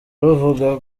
ruvuga